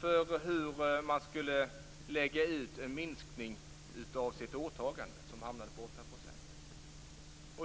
för hur man skulle lägga ut en minskning av sitt åtagande som hamnade på 8 %.